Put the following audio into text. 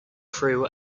crew